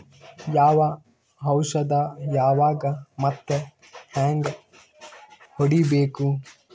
ಯಾವ ಔಷದ ಯಾವಾಗ ಮತ್ ಹ್ಯಾಂಗ್ ಹೊಡಿಬೇಕು?